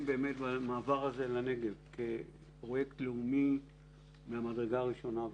במעבר הזה לנגב פרויקט לאומי מהמדרגה הראשונה,